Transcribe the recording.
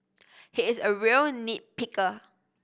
he is a real nit picker